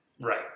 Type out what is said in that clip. Right